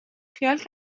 خیال